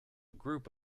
group